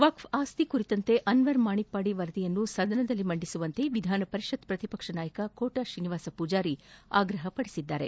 ವಕ್ಪ್ ಆಸ್ತಿ ಕುರಿತಂತೆ ಅನ್ವರ್ ಮಾಪಾಡಿ ವರದಿಯನ್ನು ಸದನದಲ್ಲಿ ಮಂಡಿಸುವಂತೆ ವಿಧಾನಪರಿಷತ್ ಪ್ರತಿಪಕ್ಷ ನಾಯಕ ಖೋಟಾ ಶ್ರೀನಿವಾಸ ಪೂಜಾರಿ ಆಗ್ರಹಪಡಿಸಿದ್ದಾರೆ